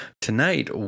Tonight